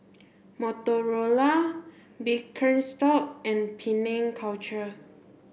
Motorola Birkenstock and Penang Culture